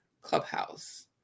Clubhouse